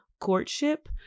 courtship